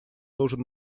должен